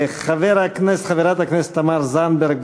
חברת הכנסת תמר זנדברג,